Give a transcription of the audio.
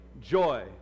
joy